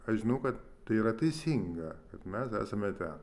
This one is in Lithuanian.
aš žinau kad tai yra teisinga kad mes esame ten